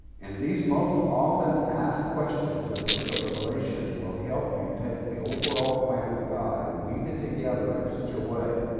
and these most often asked questions of the book of revelation will help you take the overall plan of god and weave it together in such a way